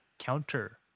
Counter